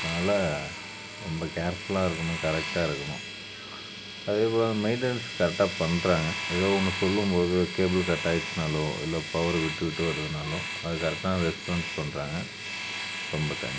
அதனாலே ரொம்ப கேர் ஃபுல்லாக இருக்கணும் கரெக்டாக இருக்கணும் அதே போல மெயின்டனன்ஸ் கரெக்டாக பண்ணுறாங்க ஏதோ ஒன்று சொல்லும் போது கேபிள் கட்டாயிடிச்சினாலோ இல்லை பவரு விட்டு விட்டு வருதுனாலோ அது கரெக்டான ரெஸ்பான்ஸ் பண்ணுறாங்க ரொம்ப தேங்க்ஸ்